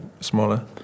smaller